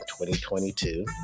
2022